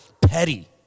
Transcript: petty